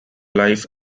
life